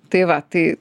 tai va tai